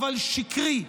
אבל שקרי,